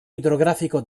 idrografico